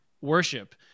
worship